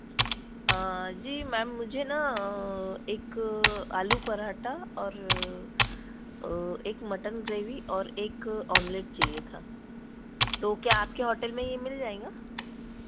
जी ma'am मुझे न एक आलू पराँठा और एक मटन ग्रेवी और एक ऑमलेट चाहिए था तो क्या आपके होटल में यह मिल जाएगा